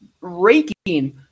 raking